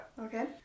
Okay